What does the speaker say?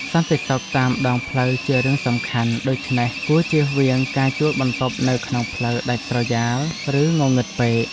សន្តិសុខតាមដងផ្លូវជារឿងសំខាន់ ដូច្នេះគួរជៀសវាងការជួលបន្ទប់នៅក្នុងផ្លូវដាច់ស្រយាលឬងងឹតពេក។